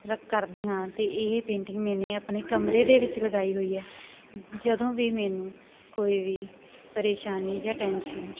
ਰ ਕਰਦੀ ਹਾਂ ਅਤੇ ਇਹ ਪੇਂਟਿੰਗ ਮੈਨੇ ਆਪਣੇ ਕਮਰੇ ਦੇ ਵਿੱਚ ਲਗਾਈ ਹੋਈ ਹੈ ਜਦੋਂ ਵੀ ਮੈਨੂੰ ਕੋਈ ਵੀ ਪਰੇਸ਼ਾਨੀ ਜਾਂ ਟੈਂਸ਼ਨ